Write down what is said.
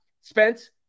Spence